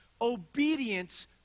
obedience